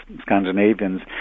Scandinavians